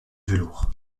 velours